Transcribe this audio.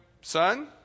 Son